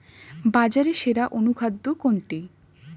বাজারে সেরা অনুখাদ্য কোনটি?